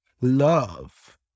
love